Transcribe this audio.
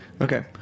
Okay